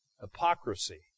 Hypocrisy